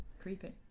creepy